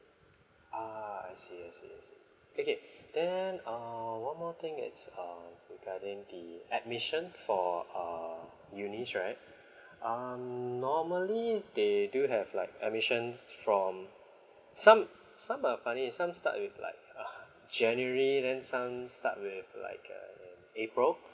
ah I see I see I see okay then err one more thing it's err regarding the admission for err unis right um normally they do have like admission from some some are funny some start with like ah january then some start with like in april